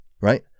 right